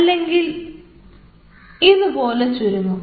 അല്ലെങ്കിൽ ഇതു പോലെ ചുരുങ്ങും